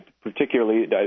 particularly